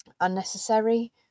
unnecessary